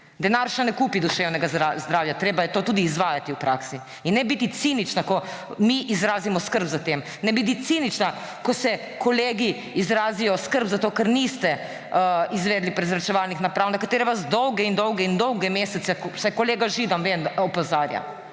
Denar še ne kupi duševnega zdravja, treba je to tudi izvajati v praksi. In ne biti cinični, ko mi izrazimo skrb nad tem. Ne biti cinični, ko kolegi izrazijo skrb zato, ker niste izvedli prezračevalnih naprav, na katere vas dolge in dolge in dolge mesece vsaj kolega Židan, vem, da opozarja.